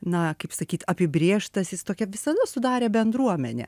na kaip sakyt apibrėžtas jis tokią visada sudarė bendruomenę